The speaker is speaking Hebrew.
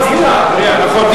סליחה, נכון.